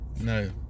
No